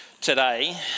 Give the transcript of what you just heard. today